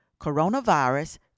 coronavirus